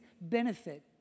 benefit